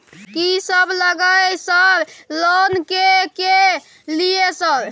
कि सब लगतै सर लोन ले के लिए सर?